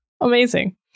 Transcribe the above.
Amazing